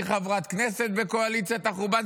היא חברת כנסת בקואליציית החורבן.